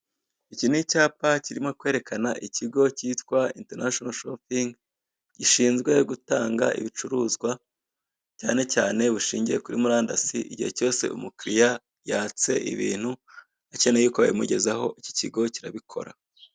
Iki ni icyapa kiri kwerekana ikigo kitwa intanashono shopingi, gishinzwe gutanga ibicuruzwa cyanecyane bishingiye kuri murandasi, igihe cyose umukiriya yatse ibintu ukeneye ko babimugezaho iki kigo kirabikora.